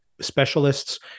specialists